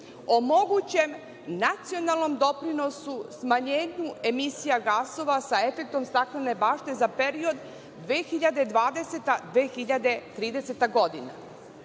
o mogućem nacionalnom doprinosu smanjenju emisija gasova sa efektom staklene bašte za period 2020 – 2030. godina.